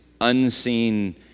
unseen